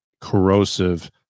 corrosive